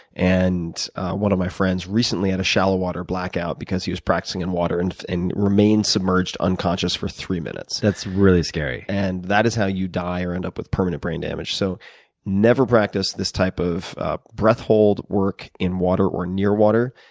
and one of my friends recently had a shallow-water blackout because he was practicing in water and remained submerged unconscious for three minutes. that's really scary. and that is how you die or end up with permanent brain damage, so never practice this type of breath hold work in water or near water,